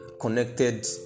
connected